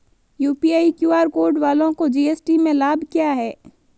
UPI QR code वालों को GST में लाभ क्या है?